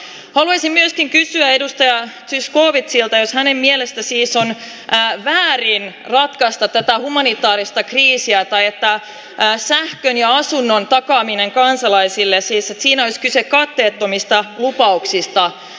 haluaisin myöskin kysyä edustaja zyskowiczilta jos hänen mielestään siis on väärin ratkaista tätä humanitaarista kriisiä tai että sähkön ja asunnon takaamisessa kansalaisille olisi kyse katteettomista lupauksista